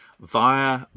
via